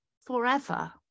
forever